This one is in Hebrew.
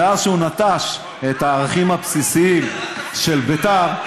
מאז שהוא נטש את הערכים הבסיסיים של בית"ר,